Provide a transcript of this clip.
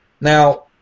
Now